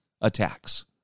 attacks